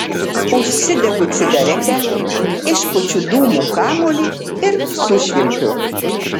užsidegu cigaretę išpučiu dūmų kamuolį ir sušvilpiu